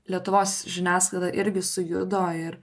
lietuvos žiniasklaida irgi sujudo ir